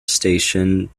station